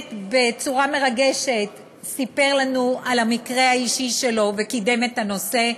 שבאמת בצורה מרגשת סיפר לנו על המקרה האישי שלו וקידם את הנושא.